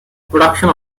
production